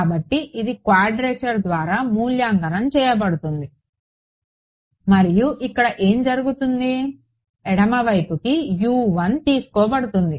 కాబట్టి ఇది క్వాడ్రేచర్ ద్వారా మూల్యాంకనం చేయబడుతుంది మరియు ఇక్కడ ఏమి జరుగుతుంది ఎడమ వైపుకు తీసుకోబడుతుంది